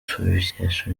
tubikesha